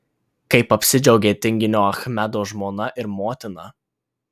kaip apsidžiaugė tinginio achmedo žmona ir motina